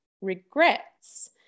regrets